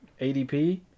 ADP